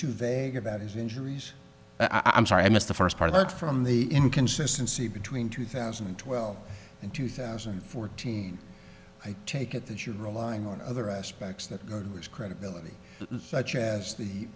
too vague about his injuries i'm sorry i missed the first part of that from the inconsistency between two thousand and twelve and two thousand and fourteen i take it that you're relying on other aspects that go which credibility such as